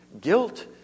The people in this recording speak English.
guilt